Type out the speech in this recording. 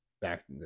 back